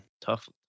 tough